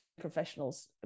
professionals